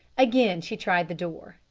again she tried the door,